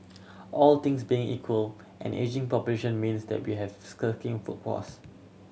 all things being equal an ageing population means that we have a shirking workforce